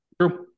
True